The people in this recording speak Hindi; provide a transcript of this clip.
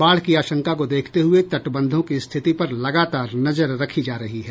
बाढ़ की आशंका को देखते हुए तटबंधों की स्थिति पर लगातार नजर रखी जा रही है